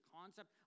concept